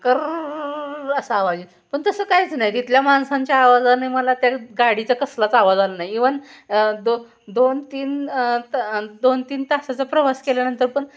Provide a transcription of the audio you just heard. कर्र असा आवाज येईल पण तसं काहीच नाही तिथल्या माणसांच्या आवाजाने मला त्या गाडीचा कसलाच आवाज आला नाही इवन दो दोन तीन त दोन तीन तासाचा प्रवास केल्यानंतर पण